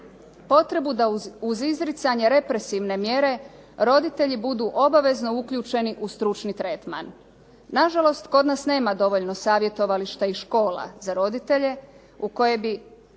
potrebu da uz izricanje represivne mjere roditelji budu obavezno uključeni u stručni tretman. Nažalost kod nas nema dovoljno savjetovališta i škola za roditelje u koje bi